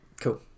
Cool